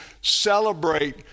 celebrate